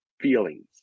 feelings